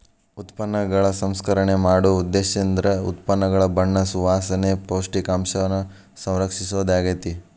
ಉತ್ಪನ್ನಗಳ ಸಂಸ್ಕರಣೆ ಮಾಡೊ ಉದ್ದೇಶೇಂದ್ರ ಉತ್ಪನ್ನಗಳ ಬಣ್ಣ ಸುವಾಸನೆ, ಪೌಷ್ಟಿಕಾಂಶನ ಸಂರಕ್ಷಿಸೊದಾಗ್ಯಾತಿ